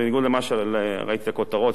בניגוד לזה שראיתי את הכותרות,